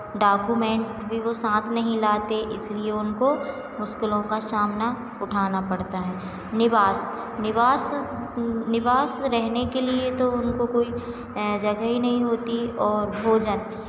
document भी वो साथ नहीं लाते इसलिए उनको मुश्किलों का सामना उठाना पड़ता है निवास निवास निवास रहने के लिए तो उनको कोई जगह ही नहीं होती और भोजन